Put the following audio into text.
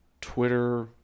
twitter